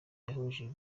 cyahuje